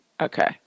Okay